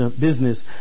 business